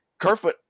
Kerfoot